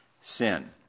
sin